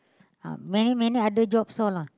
uh many many other jobs all lah